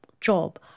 job